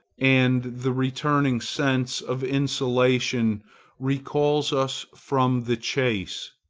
and the returning sense of insulation recalls us from the chase.